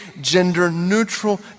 gender-neutral